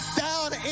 down